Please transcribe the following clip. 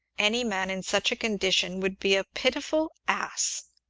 any man in such a condition would be a pitiful ass!